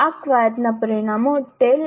આ કવાયતના પરિણામો tale